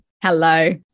hello